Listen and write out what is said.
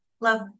love